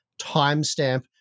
timestamp